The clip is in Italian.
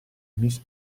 miss